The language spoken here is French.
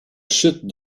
chute